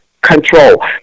control